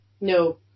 No